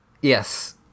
Yes